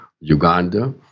uganda